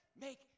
make